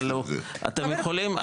אבל אתם יכולים,